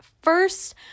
first